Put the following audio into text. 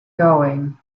going